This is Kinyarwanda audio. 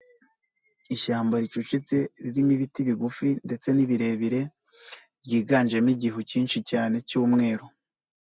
Ishyamba ricucitse ririmo ibiti bigufi ndetse n' birebire, ryiganjemo igihu cyinshi cyane cy'umweru.